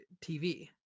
TV